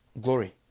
glory